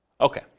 Okay